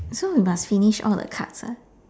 so we must finish all the cards ah